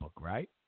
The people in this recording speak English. right